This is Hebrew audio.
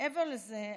מעבר לזה,